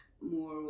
more